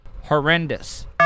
horrendous